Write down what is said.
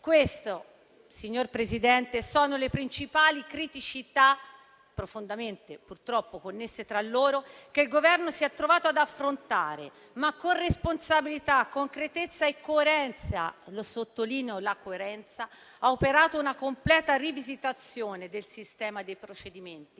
Queste, signor Presidente, sono le principali criticità, purtroppo profondamente connesse tra loro, che il Governo si è trovato ad affrontare. Ma con responsabilità, concretezza e coerenza (e sottolineo l'elemento della coerenza), questo Governo ha operato una completa rivisitazione del sistema dei procedimenti,